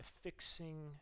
fixing